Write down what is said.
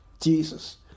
Jesus